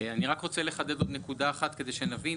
אני רק רוצה לחדד עוד נקודה אחת כדי שנבין,